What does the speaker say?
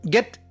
Get